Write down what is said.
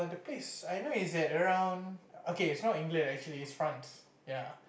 please I know is at around okay is not England actually is France ya